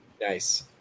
Nice